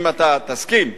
אם תסכים,